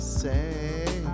say